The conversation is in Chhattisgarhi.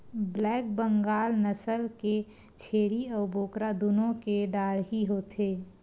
ब्लैक बंगाल नसल के छेरी अउ बोकरा दुनो के डाढ़ही होथे